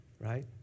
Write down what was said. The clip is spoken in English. right